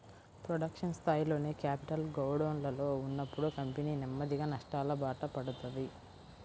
production స్థాయిలోనే capital గోడౌన్లలో ఉన్నప్పుడు కంపెనీ నెమ్మదిగా నష్టాలబాట పడతది